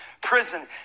prison